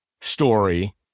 story